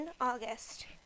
August